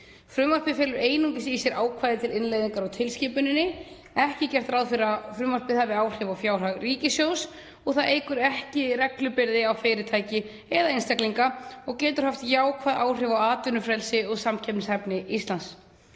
Frumvarpið felur einungis í sér ákvæði til innleiðingar á tilskipuninni. Ekki er gert ráð fyrir að frumvarpið hafi áhrif á fjárhag ríkissjóðs og það eykur ekki reglubyrði á fyrirtæki eða einstaklinga og getur haft jákvæð áhrif á atvinnufrelsi og samkeppnishæfni Íslands.